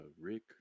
Rick